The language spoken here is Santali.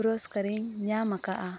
ᱯᱩᱨᱚᱥᱠᱟᱨᱤᱧ ᱧᱟᱢᱟᱠᱟᱫᱟ